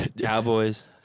Cowboys